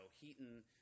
Heaton